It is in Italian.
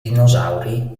dinosauri